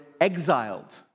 exiled